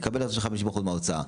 יקבל החזר של חמישים אחוז מההוצאה.